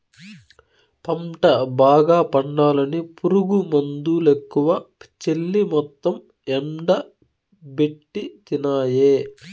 పంట బాగా పండాలని పురుగుమందులెక్కువ చల్లి మొత్తం ఎండబెట్టితినాయే